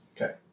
Okay